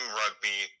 rugby